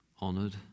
honored